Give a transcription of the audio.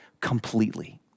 completely